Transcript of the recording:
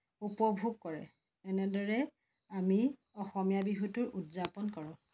উপভোগ কৰে এনেদৰে আমি অসমীয়া বিহুটো উদযাপন কৰোঁ